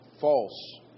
false